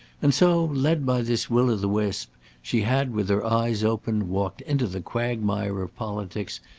and so, led by this will-of-the-wisp, she had, with her eyes open, walked into the quagmire of politics,